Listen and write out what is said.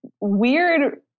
weird